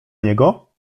niego